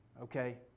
Okay